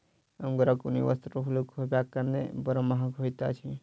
अंगोराक ऊनी वस्त्र हल्लुक होयबाक कारणेँ बड़ महग होइत अछि